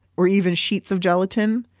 or even sheets of gelatin,